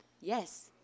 Yes